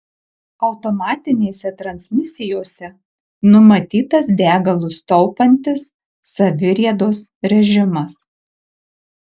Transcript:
automatinėse transmisijose numatytas degalus taupantis saviriedos režimas